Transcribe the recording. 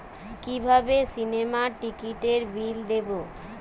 কিভাবে সিনেমার টিকিটের বিল দেবো?